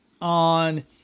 on